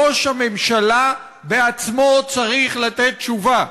ראש הממשלה בעצמו צריך לתת תשובה.